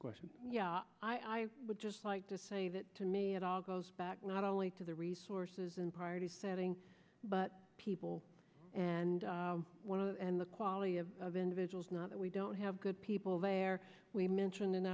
question i would just like to say that to me it all goes back not only to the resources in priority setting but people and one of them and the quality of of individuals not that we don't have good people there we mentioned in